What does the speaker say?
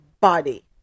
body